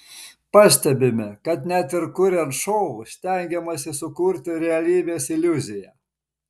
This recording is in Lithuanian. pastebime kad net ir kuriant šou stengiamasi sukurti realybės iliuziją